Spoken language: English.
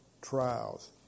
trials